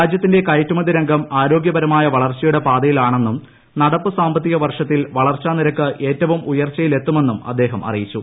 രാജ്യത്തിന്റെ കയറ്റുമതി രംഗം ആരോഗ്യപരമായ വളർച്ചയുടെ പാതയിലാണെന്നും നടപ്പുസാമ്പത്തിക വർഷത്തിൽ വളർച്ചാ നിരക്ക് ഏറ്റവും ഉയർച്ചയിലെത്തുമെന്നും അദ്ദേഹം അറിയിച്ചു